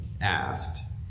asked